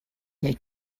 you